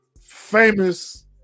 Famous